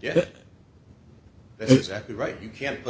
yeah exactly right you can't but